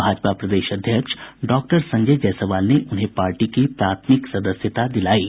भाजपा प्रदेश अध्यक्ष डॉक्टर संजय जायसवाल ने उन्हें पार्टी की प्राथमिक सदस्यता दिलायी